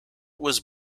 was